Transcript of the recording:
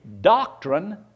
doctrine